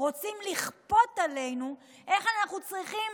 רוצים לכפות עלינו איך אנחנו צריכים